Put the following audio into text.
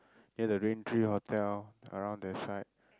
near the Raintree hotel around that side